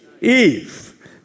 Eve